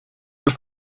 que